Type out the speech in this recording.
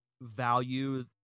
value